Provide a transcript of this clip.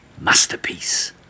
masterpiece